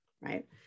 right